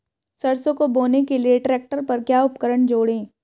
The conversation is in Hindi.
सरसों को बोने के लिये ट्रैक्टर पर क्या उपकरण जोड़ें?